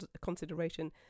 consideration